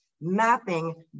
mapping